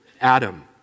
Adam